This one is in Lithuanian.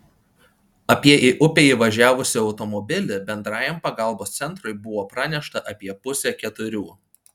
apie į upę įvažiavusį automobilį bendrajam pagalbos centrui buvo pranešta apie pusę keturių